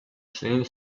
წინ